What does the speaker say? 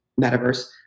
metaverse